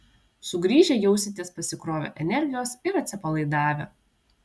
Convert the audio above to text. sugrįžę jausitės pasikrovę energijos ir atsipalaidavę